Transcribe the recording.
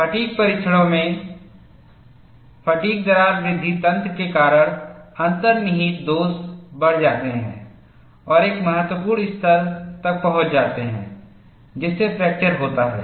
fatigue परीक्षणों में fatigue दरार वृद्धि तंत्र के कारण अंतर्निहित दोष बढ़ जाते हैं और एक महत्वपूर्ण स्तर तक पहुंच जाते हैं जिससे फ्रैक्चर होता है